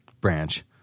branch